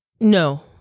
No